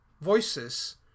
voices